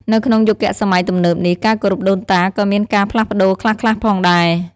នៅក្នុងយុគសម័យទំនើបនេះ ការគោរពដូនតាក៏មានការផ្លាស់ប្ដូរខ្លះៗផងដែរ។